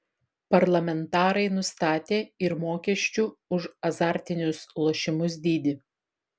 parlamentarai nustatė ir mokesčių už azartinius lošimus dydį